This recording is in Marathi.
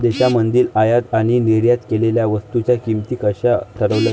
देशांमधील आयात आणि निर्यात केलेल्या वस्तूंच्या किमती कशा ठरवल्या जातात?